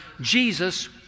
Jesus